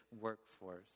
workforce